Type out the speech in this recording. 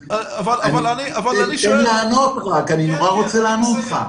תן לי רק לענות, אני נורא רוצה לענות לך.